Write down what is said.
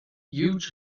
huge